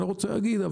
אני לא רוצה להגיד,